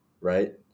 right